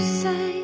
say